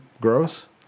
gross